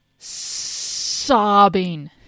sobbing